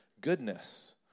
goodness